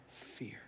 fear